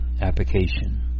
application